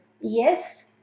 Yes